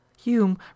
hume